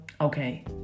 okay